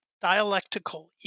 dialectical